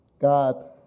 God